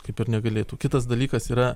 kaip ir negalėtų kitas dalykas yra